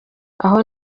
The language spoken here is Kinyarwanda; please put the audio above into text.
aho